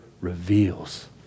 reveals